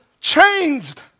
changed